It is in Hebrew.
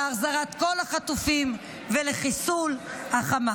להחזרת כל החטופים ולחיסול החמאס.